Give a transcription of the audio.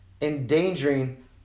endangering